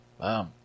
Wow